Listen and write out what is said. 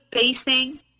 facing